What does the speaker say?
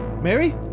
mary